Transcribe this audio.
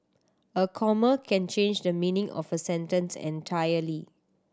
a comma can change the meaning of a sentence entirely